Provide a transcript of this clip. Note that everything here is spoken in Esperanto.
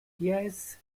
jes